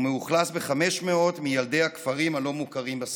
ומאוכלס ב-500 מילדי הכפרים הלא-מוכרים בסביבה.